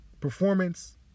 performance